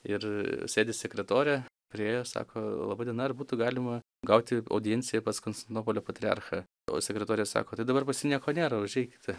ir sėdi sekretorė priėjo sako laba diena ar būtų galima gauti audienciją pas konstantinopolio patriarchą o sekretorė sako tai dabar pas jį nieko nėra užeikite